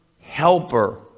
helper